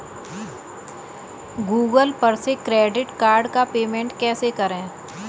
Google पर से credit card का पेमेंट कैसे करें?